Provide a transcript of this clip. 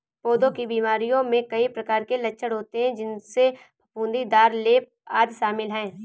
पौधों की बीमारियों में कई प्रकार के लक्षण होते हैं, जिनमें फफूंदीदार लेप, आदि शामिल हैं